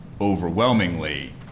overwhelmingly